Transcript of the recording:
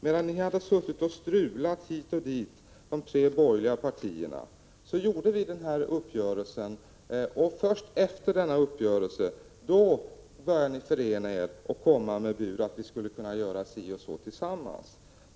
Medan ni satt och strulade hit och dit mellan de tre borgerliga partierna gjorde vi denna uppgörelse, och först efter denna uppgörelse började ni förena er och komma med bud om att göra si och så tillsammans.